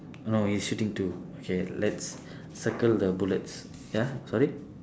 no he's shooting okay let's circle the bullets ya sorry